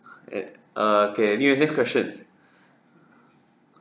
uh okay anyway next question